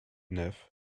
neuf